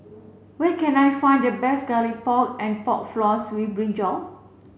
where can I find the best garlic pork and pork floss with Brinjal